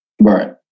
Right